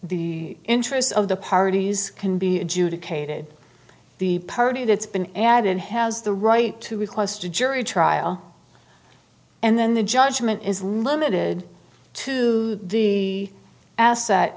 the interest of the parties can be adjudicated the party that's been added has the right to request a jury trial and then the judgment is limited to the asset